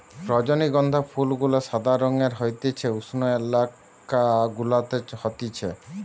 রজনীগন্ধা ফুল গুলা সাদা রঙের হতিছে উষ্ণ এলাকা গুলাতে হতিছে